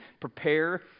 prepare